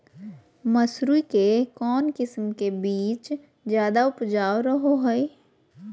मसूरी के कौन किस्म के बीच ज्यादा उपजाऊ रहो हय?